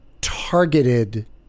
targeted